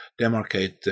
demarcate